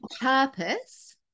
purpose